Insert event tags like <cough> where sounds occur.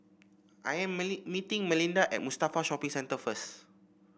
I am <unintelligible> meeting Malinda at Mustafa Shopping Centre first